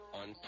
on